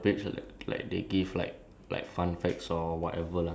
um like you know like on those like Instagram page